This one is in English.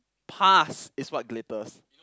pass is what glitters